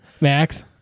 max